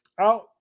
out